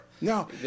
No